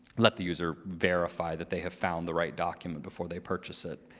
let the user verify that they have found the right document before they purchase it.